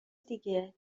دیگه